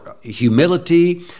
humility